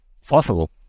fossil